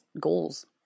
goals